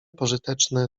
pożyteczne